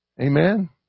Amen